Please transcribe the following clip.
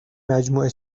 مجموعه